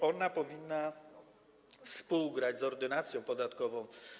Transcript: Ona powinna współgrać z Ordynacją podatkową.